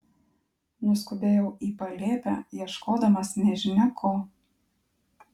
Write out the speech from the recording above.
nuskubėjau į palėpę ieškodamas nežinia ko